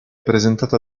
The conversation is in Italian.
presentata